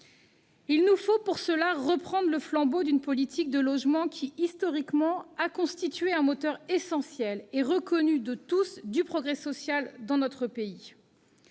Il nous faut pour ce faire reprendre le flambeau d'une politique du logement qui, historiquement, a constitué un moteur essentiel et reconnu de tous du progrès social dans notre pays.